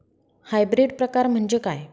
Hybrid प्रकार म्हणजे काय?